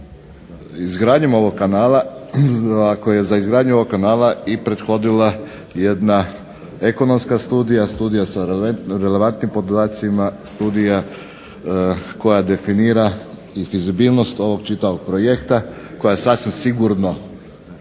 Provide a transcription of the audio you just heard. za izgradnju ovog kanala i prethodila jedna ekonomska studija, studija sa relevantnim podacima, studija koja definira infizibilnost ovog čitavog projekta koja sasvim sigurno